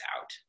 out